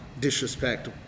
disrespect